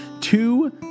two